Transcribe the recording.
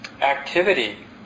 activity